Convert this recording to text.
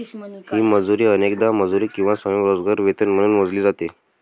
ही मजुरी अनेकदा मजुरी किंवा स्वयंरोजगार वेतन म्हणून मोजली जाते